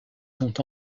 sont